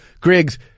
Griggs